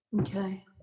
okay